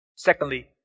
Secondly